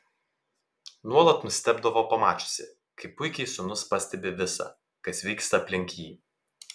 nuolat nustebdavo pamačiusi kaip puikiai sūnus pastebi visa kas vyksta aplink jį